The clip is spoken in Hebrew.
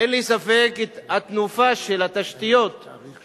אין לי ספק שהתנופה של התשתיות עד היום,